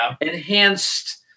enhanced